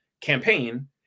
campaign